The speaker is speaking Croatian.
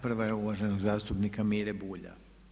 Prva je uvaženog zastupnika Mire Bulja.